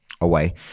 away